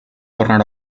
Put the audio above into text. tornar